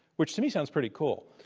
which, to me, sounds pretty cool.